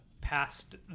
past